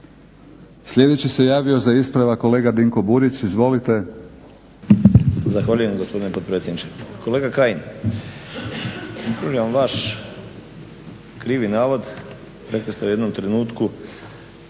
Sljedeći se javio za ispravak kolega Dinko Burić. Izvolite. **Burić, Dinko (HDSSB)** Zahvaljujem gospodine potpredsjedniče. Kolega Kajin, ispravljam vaš krivi navod rekli ste u jednom trenutku